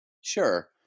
Sure